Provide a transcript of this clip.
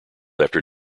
after